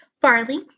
barley